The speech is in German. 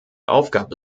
aufgabe